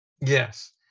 yes